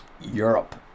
Europe